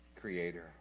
creator